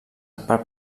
per